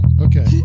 Okay